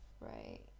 Right